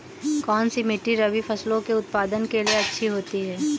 कौनसी मिट्टी रबी फसलों के उत्पादन के लिए अच्छी होती है?